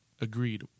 agreed